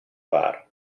bar